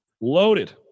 Loaded